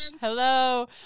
Hello